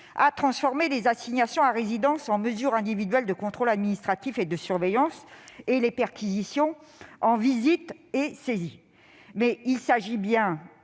a transformé les assignations à résidence en « mesures individuelles de contrôle administratif et de surveillance » et les perquisitions en « visites et saisies ». Mais il s'agit bien